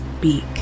beak